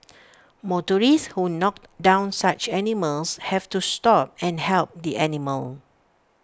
motorists who knocked down such animals have to stop and help the animal